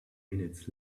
minutes